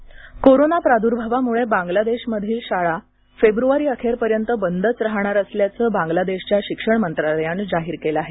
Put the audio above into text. बांग्लादेश शाळा लसीकरण कोरोना प्रादुर्भावामुळे बांग्लादेशमधील शाळा फेब्रुवारी अखेरपर्यंत बंदच राहणार असल्याचं बांग्लादेशच्या शिक्षण मंत्रालयानं जाहीर केलं आहे